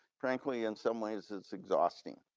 frankly, in some ways it's exhausting.